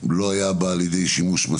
הוא לא בא מספיק לידי שימוש,